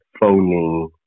phoning